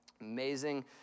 Amazing